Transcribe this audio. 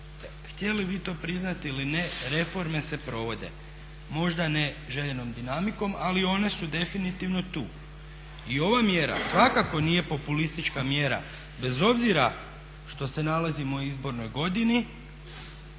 htjeli vi to priznati ili ne reforme se provode možda ne željenom dinamikom, ali one su definitivno tu. I ova mjera svakako nije populistička mjera bez obzira što se nalazimo u izbornoj godini,